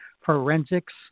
Forensics